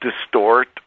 distort